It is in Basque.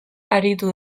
aritu